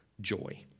joy